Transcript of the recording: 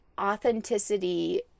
authenticity